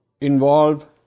involve